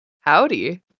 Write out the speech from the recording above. howdy